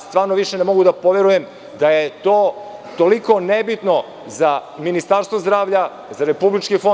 Stvarno više ne mogu da poverujem da je to toliko nebitno za Ministarstvo zdravlja, za Republički fond.